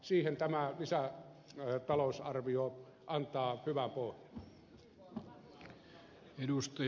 siihen tämä lisätalousarvio antaa hyvän pohjan